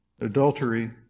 Adultery